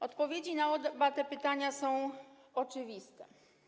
Odpowiedzi na oba te pytania są oczywiste.